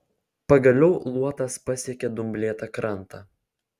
pagaliau luotas pasiekė dumblėtą krantą